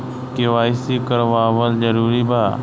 KYC करवावल जरूरी बा?